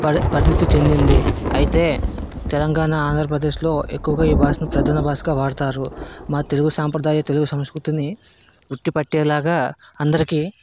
పరి పరిణితి చెందింది అయితే తెలంగాణ ఆంధ్రప్రదేశ్లో ఎక్కువగా ఈ భాషను ప్రధాన భాషగా వాడుతారు మా తెలుగు సాంప్రదాయ తెలుగు సంస్కృతిని ఉట్టి పట్టేలాగా అందరికి